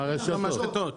מהמשחטות.